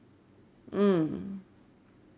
mm